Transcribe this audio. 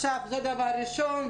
זה דבר ראשון,